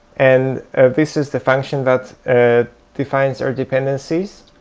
and ah this is the function that and defines our dependencies.